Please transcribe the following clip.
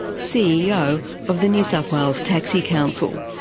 ceo of the new south wales taxi council.